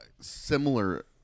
similar